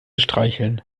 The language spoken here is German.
streicheln